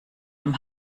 dem